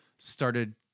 Started